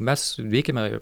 mes veikiame